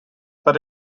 but